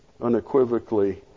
unequivocally